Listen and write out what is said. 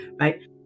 right